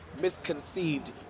Misconceived